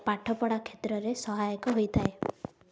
ପାଠପଢ଼ା କ୍ଷେତ୍ରରେ ସହାୟକ ହୋଇଥାଏ